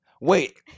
Wait